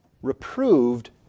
reproved